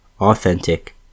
authentic